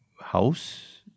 house